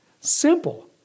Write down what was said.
Simple